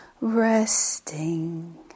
Resting